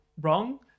wrong